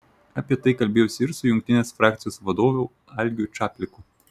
apie tai kalbėjausi ir su jungtinės frakcijos vadovu algiu čapliku